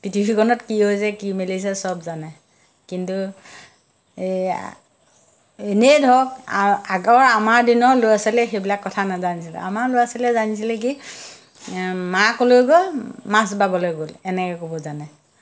পৃথিৱীখনত কি হৈছে কি মেলিছে সব জানে কিন্তু এনেই ধৰক আগৰ আমাৰ দিনৰ ল'ৰা ছোৱালীয়ে সেইবিলাক কথা নাজানিছিলে আমাৰ ল'ৰা ছোৱালীয়ে জানিছিলে কি মা ক'লৈ গ'ল মাছ বাবলৈ গ'ল এনেকৈ ক'ব জানে